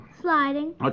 Sliding